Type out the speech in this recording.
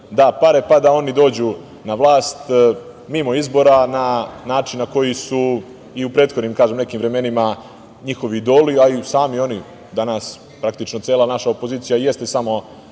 da pare, pa da oni dođu na vlast mimo izbora, na način na koji su i u prethodnim nekim vremenima njihovi idoli, a i sami oni danas, praktično cela naša opozicija jeste samo